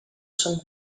sant